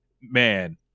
man